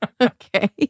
Okay